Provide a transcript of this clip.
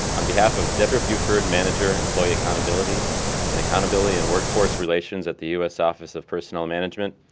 on behalf of debra buford, manager, employee accountability in accountability and workforce relations at the us office of personnel management,